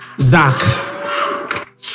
Zach